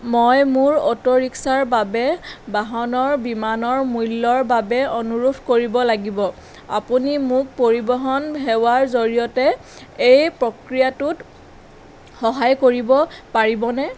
মই মোৰ অট' ৰিক্সাৰ বাবে বাহনৰ বীমাৰ মূল্যৰ বাবে অনুৰোধ কৰিব লাগিব আপুনি মোক পৰিৱহণ সেৱাৰ জৰিয়তে এই প্ৰক্ৰিয়াটোত সহায় কৰিব পাৰিবনে